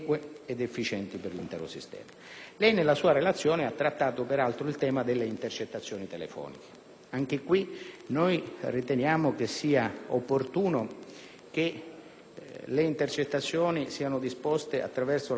Lei, nella sua relazione, signor Ministro, ha trattato il tema delle intercettazioni telefoniche. Anche in questo caso riteniamo che sia opportuno che le intercettazioni siano disposte attraverso la valutazione di un organo collegiale